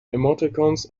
emoticons